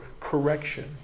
correction